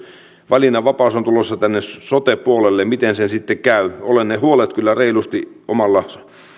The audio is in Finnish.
valinnanvapaus on tulossa tänne sote puolelle miten sen sitten käy olen ne huolet kyllä reilusti